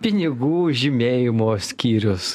pinigų žymėjimo skyrius